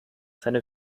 seine